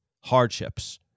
hardships